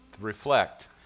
reflect